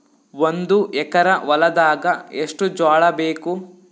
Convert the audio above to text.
ಒಂದು ಎಕರ ಹೊಲದಾಗ ಎಷ್ಟು ಜೋಳಾಬೇಕು?